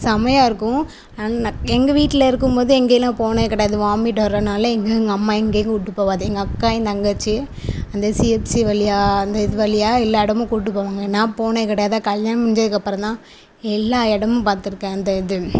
செம்மையாக இருக்கும் ஆனால் நான் எங்கள் வீட்டில இருக்கும் போது இங்கெல்லாம் போனது கிடையாது வாமிட் வர்றதினால எங்கள் எங்கள் அம்மா எங்கேயும் கூப்பிட்டு போகாது எங்கள் அக்கா என் தங்கச்சி அந்த சி சி வழியா அந்த இது வழியா எல்லா இடமும் கூப்பிட்டு போவாங்க நான் போனது கிடையாதா கல்யாணம் முடிஞ்சதுக்கப்புறம் தான் எல்லா இடமும் பார்த்துருக்கேன் அந்த இது